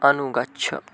अनुगच्छ